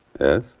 Yes